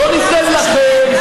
לא ניתן לכם,